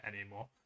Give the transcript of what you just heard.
anymore